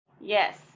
Yes